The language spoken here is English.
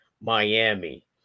Miami